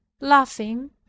LAUGHING